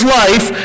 life